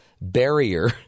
barrier